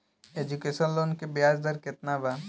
Education loan के ब्याज दर केतना बा?